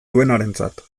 duenarentzat